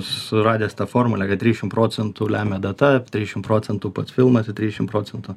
suradęs tą formulę kad trisdešim procentų lemia data trisdešim procentų pats filmas ir trisdešim procentų